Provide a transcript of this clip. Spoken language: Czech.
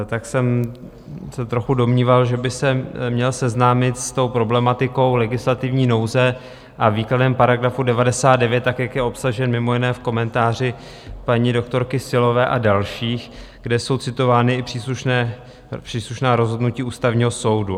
Tak jsem se trochu domníval, že by se měl seznámit s tou problematikou legislativní nouze a výkladem § 99, tak jak je obsažen mimo jiné v komentáři paní doktorky Silové a dalších, kde jsou citována i příslušná rozhodnutí Ústavního soudu.